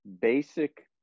basic